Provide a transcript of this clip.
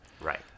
Right